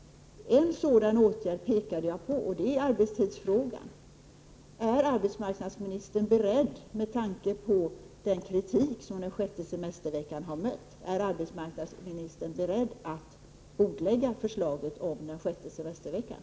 En sådan åtgärd pekade vi på. Det gäller arbetstidsfrågan. Är arbetsmarknadsministern, med tanke på den kritik som förslaget har mött, beredd att bordlägga förslaget om den sjätte semesterveckan?